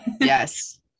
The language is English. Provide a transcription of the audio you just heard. yes